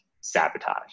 sabotage